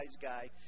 guy